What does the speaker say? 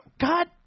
God